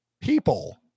people